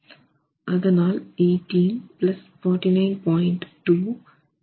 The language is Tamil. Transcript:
அதனால் 18 49